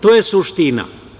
To je suština.